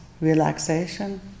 relaxation